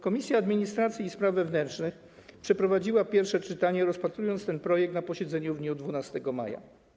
Komisja Administracji i Spraw Wewnętrznych przeprowadziła pierwsze czytanie, rozpatrując ten projekt na posiedzeniu w dniu 12 maja.